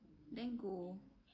then go